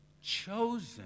chosen